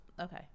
Okay